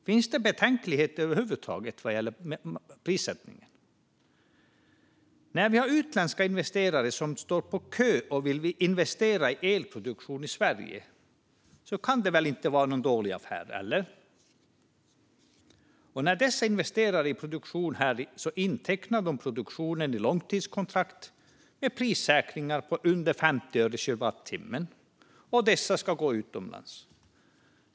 Finns det betänkligheter över huvud taget vad gäller prissättningen? När vi har utländska investerare som står på kö för att de vill investera i elproduktion i Sverige kan det väl inte vara någon dålig affär - eller? När de investerar i produktion här intecknar de produktionen i långtidskontrakt med prissäkringar på under 50 öre per kilowattimme, och dessa ska gå utomlands.